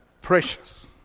precious